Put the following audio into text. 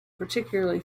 particularly